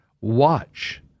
Watch